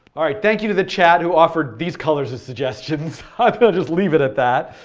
alright thank you to the chat who offered these colors as suggestions. i'm going to just leave it at that.